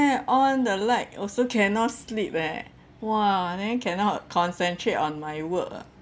on the light also cannot sleep eh !wah! then cannot concentrate on my work ah